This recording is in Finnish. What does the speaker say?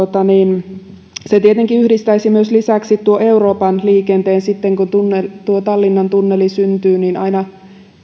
se tietenkin yhdistäisi myös euroopan liikenteen sitten kun tallinnan tunneli syntyy aina